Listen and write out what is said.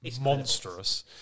monstrous